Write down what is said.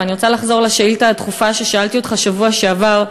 ואני רוצה לחזור לשאילתה הדחופה ששאלתי אותך בשבוע שעבר,